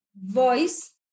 voice